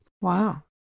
Wow